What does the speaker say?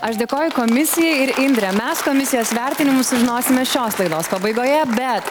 aš dėkoju komisijai ir indre mes komisijos vertinimus sužinosime šios laidos pabaigoje bet